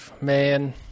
man